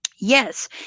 Yes